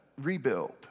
rebuild